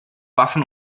waffen